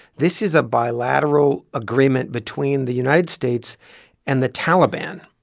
this is a bilateral agreement between the united states and the taliban,